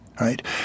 right